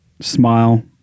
smile